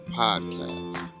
podcast